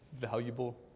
valuable